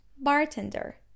Bartender